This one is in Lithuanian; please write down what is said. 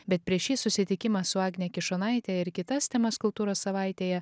bet prieš šį susitikimą su agne kišonaite ir kitas temas kultūros savaitėje